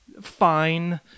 fine